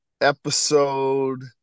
episode